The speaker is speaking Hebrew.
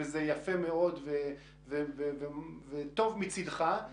וזה יפה מאוד וטוב מצדך,